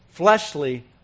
fleshly